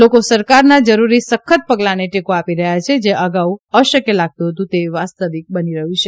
લોકો સરકારના જરૂરી સખ્ત પગલાને ટેકો આપી રહ્યા છે જે અગાઉ અશક્ય લાગતું હતું તે વાસ્તવિક બની રહ્યું છે